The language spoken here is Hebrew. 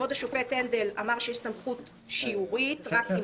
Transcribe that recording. ואחר כך כבוד השופט הנדל אמר שיש סמכות שיורית רק אם